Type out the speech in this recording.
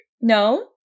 No